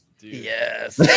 Yes